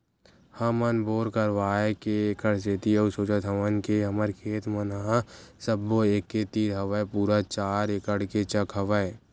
हमन बोर करवाय के ऐखर सेती अउ सोचत हवन के हमर खेत मन ह सब्बो एके तीर हवय पूरा चार एकड़ के चक हवय